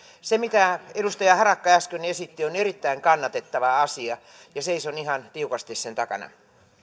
se mitä edustaja harakka äsken esitti on erittäin kannatettava asia ja seison ihan tiukasti sen takana